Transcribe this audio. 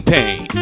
Pain